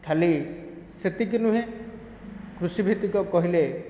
ଖାଲି ସେତିକି ନୁହେଁ କୃଷି ଭିତ୍ତିକ କହିଲେ